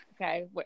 Okay